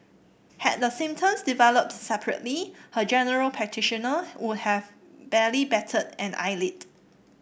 had the symptoms developed separately her general practitioner would have barely batted an eyelid